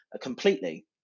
completely